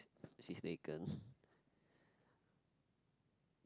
she is taken